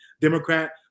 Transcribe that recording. democrat